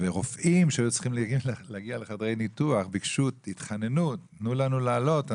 רופאים שהיו צריכים להגיע לחדרי ניתוח התחננו שייתנו להם לעלות,